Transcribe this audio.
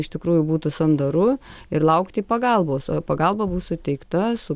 iš tikrųjų būtų sandaru ir laukti pagalbos o pagalba bus suteikta su